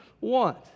want